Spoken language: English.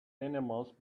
animals